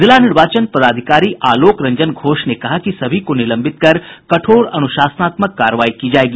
जिला निर्वाचन पदाधिकारी आलोक रंजन घोष ने कहा कि सभी को निलंबित कर कठोर अनुशासनात्मक कार्रवाई की जायेगी